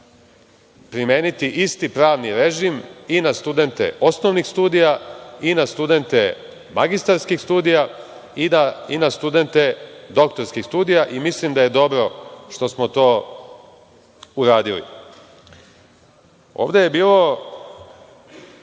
primeniti isti pravni režim i na studente osnovnih studija i na studente magistarskih studija i na studente doktorskih studija i mislim da je dobro što smo to uradili. Ja sam bar